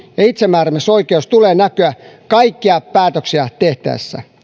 ja itsemääräämisoikeuden tulee näkyä kaikkia päätöksiä tehtäessä